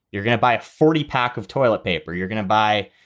you're going to buy a forty pack of toilet paper. you're going to buy,